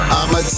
I'ma